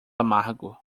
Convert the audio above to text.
amargo